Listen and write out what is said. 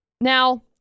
Now